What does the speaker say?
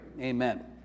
amen